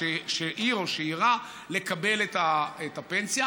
השאיר או השאירה לקבל את הפנסיה,